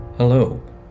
Hello